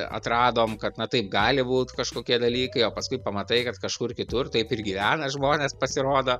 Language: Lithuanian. atradom kad na taip gali būt kažkokie dalykai o paskui pamatai kad kažkur kitur taip ir gyvena žmonės pasirodo